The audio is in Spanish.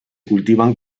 cultivan